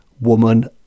woman